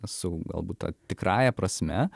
su galbūt ta tikrąja prasme